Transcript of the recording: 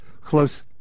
close